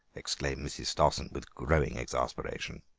exclaimed mrs. stossen with growing exasperation.